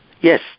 Yes